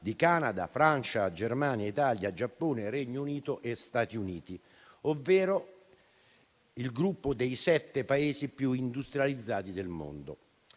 di Canada, Francia, Germania, Italia, Giappone, Regno Unito e Stati Uniti ovvero il gruppo dei sette Paesi più industrializzati del mondo.